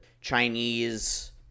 Chinese